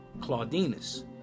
Claudinus